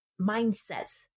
mindsets